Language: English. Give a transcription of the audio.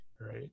Right